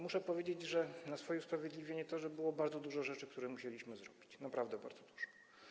Muszę powiedzieć też na swoje usprawiedliwienie, że było bardzo dużo rzeczy, które musieliśmy zrobić, naprawdę bardzo dużo.